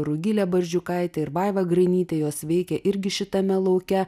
rugilė barzdžiukaitė ir vaiva grainytė jos veikė irgi šitame lauke